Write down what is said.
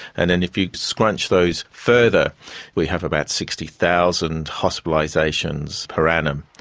and then if you scrunch those further we have about sixty thousand hospitalisations per annum.